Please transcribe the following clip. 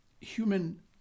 human